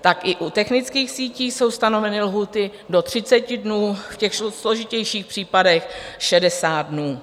Tak i u technických sítí jsou stanoveny lhůty do 30 dnů, v složitějších případech 60 dnů.